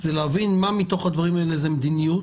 זה מה מתוך הדברים האלה זה מדיניות,